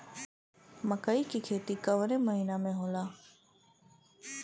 मकई क खेती कवने महीना में होला?